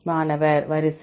மாணவர் வரிசை